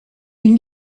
une